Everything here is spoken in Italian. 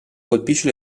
colpisce